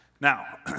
Now